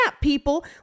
people